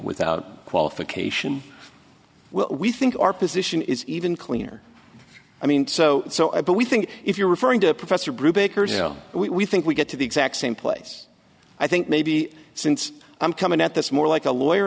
without qualification we think our position is even cleaner i mean so so i but we think if you're referring to professor brew bakers you know we think we get to the exact same place i think maybe since i'm coming at this more like a lawyer